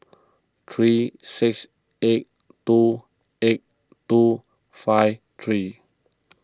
three six eight two eight two five three